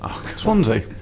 Swansea